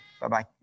Bye-bye